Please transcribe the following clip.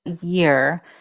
year